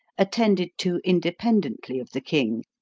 attended to independently of the king,